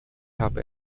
habe